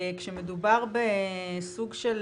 כשמדובר בסוג של